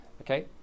Okay